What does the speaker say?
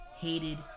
hated